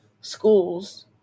schools